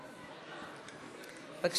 חבר הכנסת אורן אסף חזן, בבקשה.